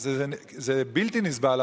זה בלתי נסבל,